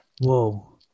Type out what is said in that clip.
Whoa